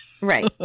Right